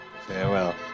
Farewell